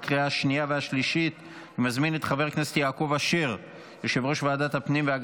התקבלה בקריאה השנייה והשלישית ותיכנס לספר החוקים.